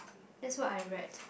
that's what I read